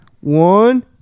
One